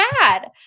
bad